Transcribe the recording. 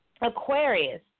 Aquarius